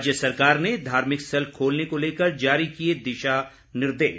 राज्य सरकार ने धार्मिक स्थल खोलने को लेकर जारी किए दिशा निर्देश